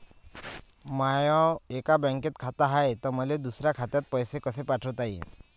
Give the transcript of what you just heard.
माय एका बँकेत खात हाय, त मले दुसऱ्या खात्यात पैसे कसे पाठवता येईन?